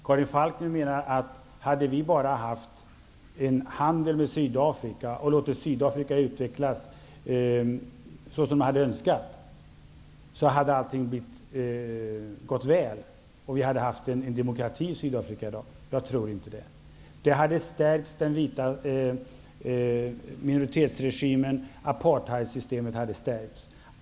Karin Falkmer menar att om vi bara hade haft en handel med Sydafrika och hade låtit Sydafrika utvecklas såsom det hade önskat, hade allting gått väl, och vi skulle ha haft en demokrati i Sydafrika i dag. Jag tror inte det. Det hade stärkt den vita minoritetsregimen, och även apartheidsystemet hade stärkts.